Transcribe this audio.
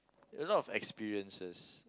a lot of experiences